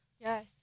Yes